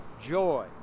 joy